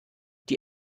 die